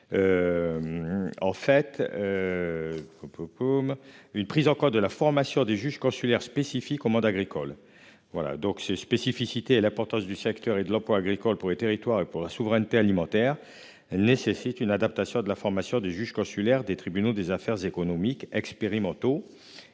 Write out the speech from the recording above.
pomme une prise en compte de la formation des juges consulaires spécifique au monde agricole. Voilà donc ces spécificités et l'importance du secteur et de l'emploi agricole pour les territoires et pour la souveraineté alimentaire. Nécessite une adaptation de la formation des juges consulaires des tribunaux des affaires économiques expérimentaux